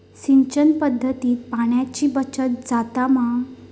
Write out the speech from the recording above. सिंचन पध्दतीत पाणयाची बचत जाता मा?